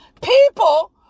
people